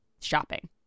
shopping